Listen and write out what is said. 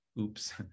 Oops